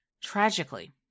Tragically